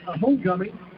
homecoming